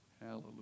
Hallelujah